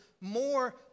more